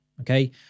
Okay